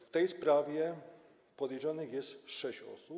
W tej sprawie podejrzanych jest sześć osób.